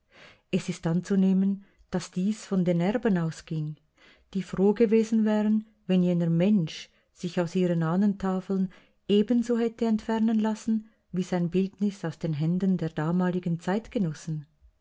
es ist anzunehmen daß dies von den erben ausging die froh gewesen wären wenn jener mensch sich aus ihren ahnentafeln ebenso hätte entfernen lassen wie sein bildnis aus den händen der damaligen zeitgenossen